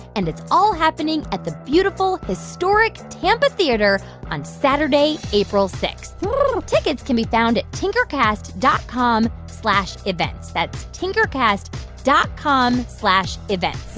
and it's all happening at the beautiful historic tampa theatre on saturday, april six tickets can be found at tinkercast dot com slash events. that's tinkercast dot com events